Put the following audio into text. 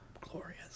glorious